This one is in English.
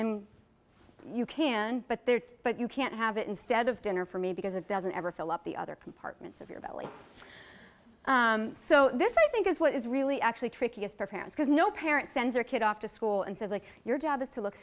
then you can but there but you can't have it instead of dinner for me because it doesn't ever fill up the other compartments of your belly so this i think is what is really actually trickiest for parents because no parent send their kid off to school and says like your job is to look